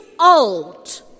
old